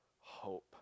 hope